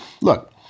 look